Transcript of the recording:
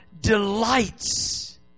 delights